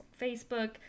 Facebook